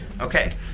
Okay